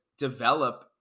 develop